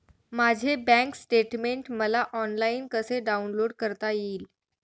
माझे bank statement मला online कसे डाउनलोड करता येईल?